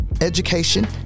education